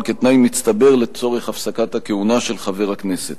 כתנאי מצטבר לצורך הפסקת הכהונה של חבר הכנסת.